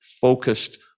focused